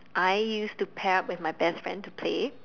I used to pair up with my best friend to play